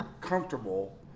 comfortable